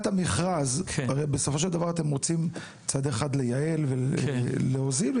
אתם רוצים להוזיל,